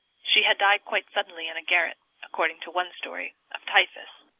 she had died quite suddenly in a garret, according to one story, of typhus,